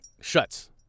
shuts